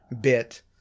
bit